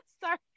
Sorry